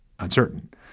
uncertain